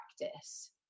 practice